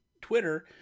Twitter